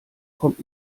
kommt